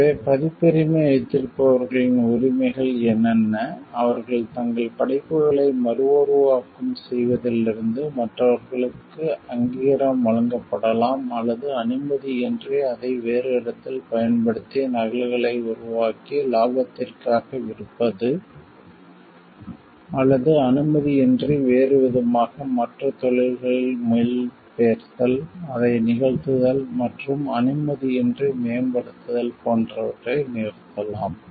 எனவே பதிப்புரிமை வைத்திருப்பவர்களின் உரிமைகள் என்னென்ன அவர்கள் தங்கள் படைப்புகளை மறுஉருவாக்கம் செய்வதிலிருந்து மற்றவர்களுக்கு அங்கீகாரம் வழங்கலாம் அல்லது அனுமதியின்றி அதை வேறு இடத்தில் பயன்படுத்தி நகல்களை உருவாக்கி லாபத்திற்காக விற்பது அல்லது அனுமதியின்றி வேறுவிதமாக மற்ற மொழிகளில் மொழிபெயர்த்தல் அதை நிகழ்த்துதல் மற்றும் அனுமதியின்றி மேம்படுத்துதல் போன்றவற்றை நிறுத்தலாம்